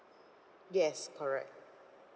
yes correct